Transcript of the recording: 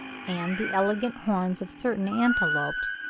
and the elegant horns of certain antelopes,